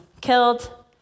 killed